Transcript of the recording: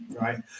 right